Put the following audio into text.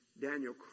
Daniel